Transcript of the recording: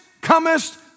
comest